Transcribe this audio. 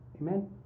Amen